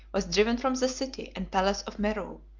was driven from the city and palace of meru,